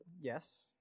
Yes